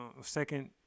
second